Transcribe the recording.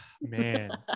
man